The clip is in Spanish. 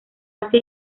croacia